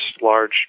large